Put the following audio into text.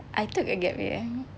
I took a gap year